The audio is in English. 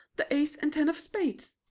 the ace and ten of spades.